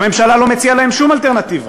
הממשלה לא מציעה להם שום אלטרנטיבה,